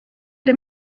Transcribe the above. der